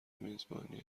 میزبانی